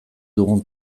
dugun